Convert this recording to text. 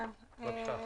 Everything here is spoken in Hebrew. בבקשה.